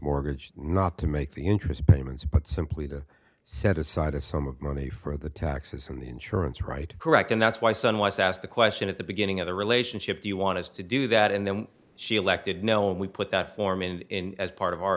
mortgage not to make the interest payments but simply to set aside a sum of money for the taxes from the insurance right correct and that's why son was asked the question at the beginning of the relationship do you want us to do that and then she elected no and we put that form in as part of our